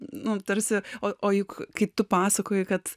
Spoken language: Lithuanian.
nu tarsi o juk kaip tu pasakoji kad